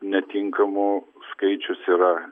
netinkamų skaičius yra